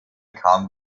kaum